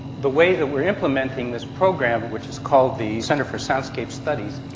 the way that we're implementing this program, which is called the centre for soundscape studies,